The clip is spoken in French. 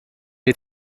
les